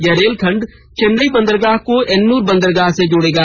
यह रेलखण्ड चेन्नई बंदरगाह को एन्नूर बंदरगाह से जोड़ेगा